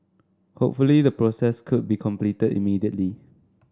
hopefully the process could be completed immediately